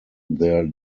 their